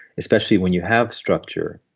especially when you have structure.